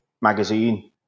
magazine